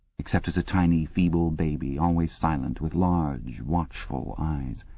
except as a tiny, feeble baby, always silent, with large, watchful eyes.